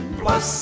plus